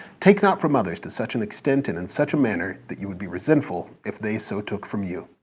take not from others to such an extent and in such a manner that you would be resentful if they so took from you.